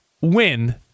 win